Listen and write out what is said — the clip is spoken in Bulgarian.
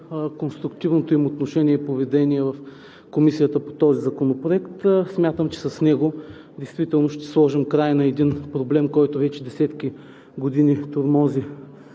конструктивното им отношение и поведение по този законопроект. Смятам, че с него действително ще сложим край на един проблем, който вече десетки години тормози